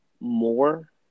more